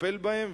לטפל בהם,